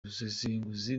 busesenguzi